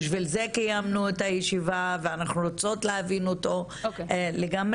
בשביל זה קיימנו את הישיבה ואנחנו רוצות להבין אותו לגמרי,